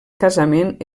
casament